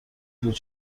بود